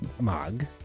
mug